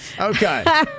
Okay